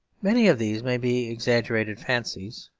many of these may be exaggerated fancies,